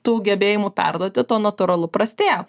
tų gebėjimų perduoti tuo natūralu prastėja